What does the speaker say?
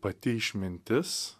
pati išmintis